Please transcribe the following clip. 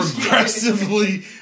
progressively